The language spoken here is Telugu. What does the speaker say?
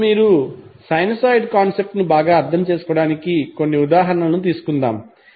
ఇప్పుడు మీరు సైనూసోయిడ్ కాన్సెప్ట్ ను బాగా అర్థం చేసుకోవడానికి కొన్ని ఉదాహరణలు తీసుకుందాం